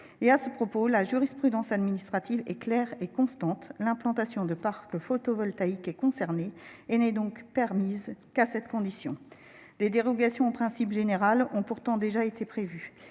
de l'urbanisme. La jurisprudence administrative est claire et constante sur ce point : l'implantation de parcs photovoltaïques est concernée, elle n'est donc permise qu'à cette condition. Des dérogations au principe général ont pourtant déjà été prévues.